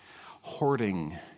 Hoarding